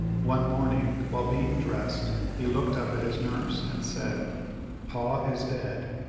one morning, while being dressed, he looked up at his nurse, and said pa is dead.